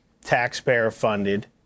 taxpayer-funded